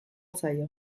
zaio